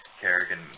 Kerrigan